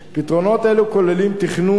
פתרונות אלה כוללים תכנון,